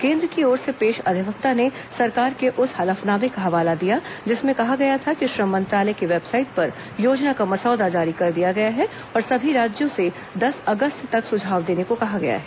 केन्द्र की ओर से पेश अधिवक्ता ने सरकार के उस हलफनामे का हवाला दिया जिसमें कहा गया था कि श्रम मंत्रालय की वेबसाइट पर योजना का मसौदा जारी कर दिया गया है और सभी राज्यों से दस अगस्त तक सुझाव देने को कहा गया है